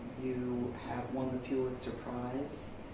you have won the pulitzer prize,